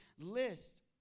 list